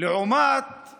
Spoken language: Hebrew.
לעומתם